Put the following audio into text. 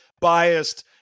biased